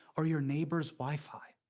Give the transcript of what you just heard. or your neighbor's wi-fi.